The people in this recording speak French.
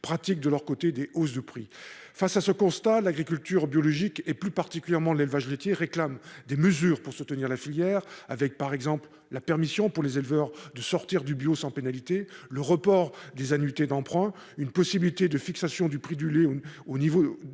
pratique de leur côté des hausses de prix face à ce constat, l'agriculture biologique et plus particulièrement l'élevage laitier réclame des mesures pour soutenir la filière avec par exemple la permission pour les éleveurs de sortir du bio sans pénalité, le report des annuités d'emprunt, une possibilité de fixation du prix du lait ou au niveau de de